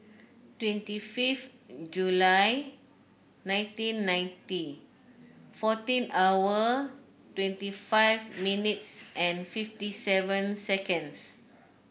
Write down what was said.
twenty fifth July nineteen ninety fourteen hour twenty five minutes and fifty seven seconds